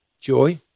Joy